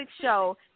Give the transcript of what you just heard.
show